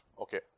Okay